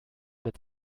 mit